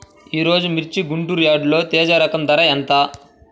ఈరోజు మిర్చి గుంటూరు యార్డులో తేజ రకం ధర ఎంత?